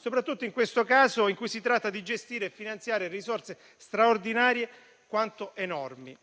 soprattutto in questo caso, in cui si tratta di gestire e finanziare risorse straordinarie, quanto enormi.